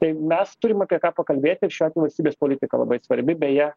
tai mes turim apie ką pakalbėti ir šiuo atveju valstybės politika labai svarbi beje